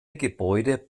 gebäude